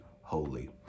holy